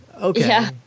Okay